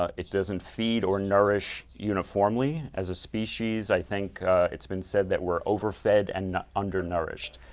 ah it doesn't feed or nourish uniformly. as a species, i think it's been said that we are overfed and undernourished.